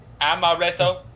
Amaretto